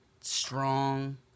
Strong